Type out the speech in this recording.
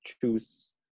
choose